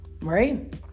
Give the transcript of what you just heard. right